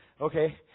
okay